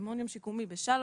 במעון יום שיקומי בשלוה,